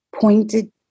pointed